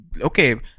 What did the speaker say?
Okay